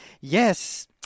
Yes